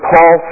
Paul